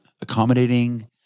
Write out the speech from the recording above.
Accommodating